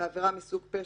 (א)בעבירה מסוג פשע,